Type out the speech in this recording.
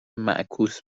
معکوس